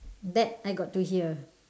that I got to hear